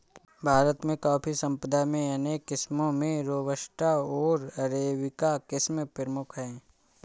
भारत में कॉफ़ी संपदा में अनेक किस्मो में रोबस्टा ओर अरेबिका किस्म प्रमुख है